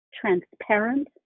transparent